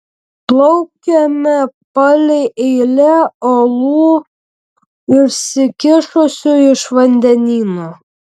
plaukėme palei eilę uolų išsikišusių iš vandenyno